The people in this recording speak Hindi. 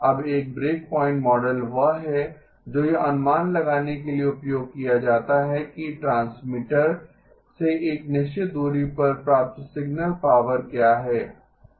अब एक ब्रेकपॉइंट मॉडल वह है जो यह अनुमान लगाने के लिए उपयोग किया जाता है कि ट्रांसमीटर से एक निश्चित दूरी पर प्राप्त सिग्नल पावर क्या है